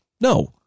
No